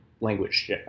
language